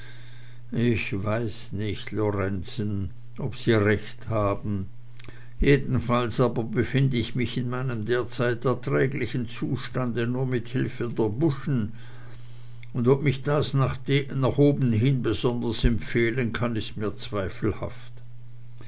ich weiß nicht lorenzen ob sie recht haben jedenfalls aber befind ich mich in meinem derzeitig erträglichen zustande nur mit hilfe der buschen und ob mich das nach obenhin besonders empfehlen kann ist mir zweifelhaft